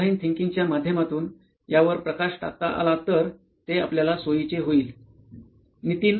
जर डिझाईन थिंकिंगच्या माध्यमातून यावर प्रकाश टाकता आला तर ते आपल्याला सोईचे होईल